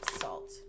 salt